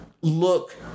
look